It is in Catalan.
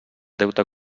deute